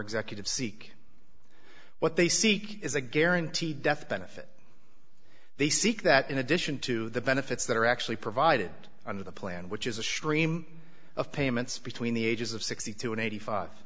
executive seek what they seek is a guaranteed death benefit they seek that in addition to the benefits that are actually provided under the plan which is a stream of payments between the ages of sixty two and eighty five